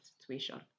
situation